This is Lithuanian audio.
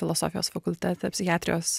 filosofijos fakultete psichiatrijos